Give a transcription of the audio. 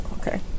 okay